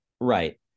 right